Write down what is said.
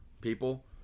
people